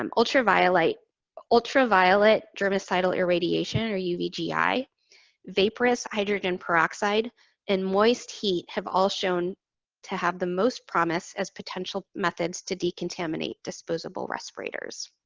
um ultraviolet ultraviolet germicidal irradiation or uvgi, vaporized hydrogen peroxide and moist heat have all shown to have the most promise as potential methods to decontaminate disposable respirators.